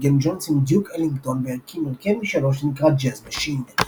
ניגן ג'ונס עם דיוק אלינגטון והקים הרכב משלו שנקרא "Jazz Machine".